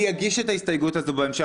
אני אגיש את ההסתייגות הזאת בהמשך,